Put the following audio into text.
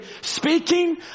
speaking